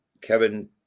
Kevin